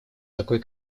такой